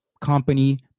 company